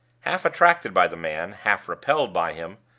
half attracted by the man, half repelled by him,